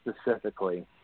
specifically